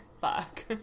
fuck